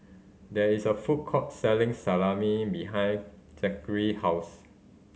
there is a food court selling Salami behind Zackary house